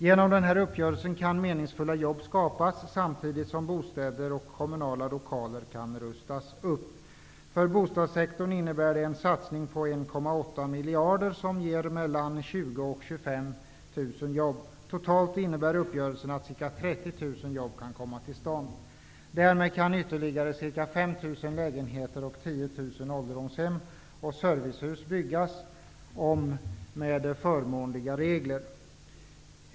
Genom uppgörelsen kan meningsfulla jobb skapas samtidigt som bostäder och kommunala lokaler kan rustas upp. För bostadssektorn innebär det en satsning på 1,8 miljarder som ger 20 000--25 000 jobb. Totalt innebär uppgörelsen att ca 30 000 jobb kan komma till stånd. Därmed kan ytterligare ca 5 000 lägenheter och 10 000 ålderdomshem och servicehus byggas om med förmånliga regler.